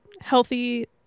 healthy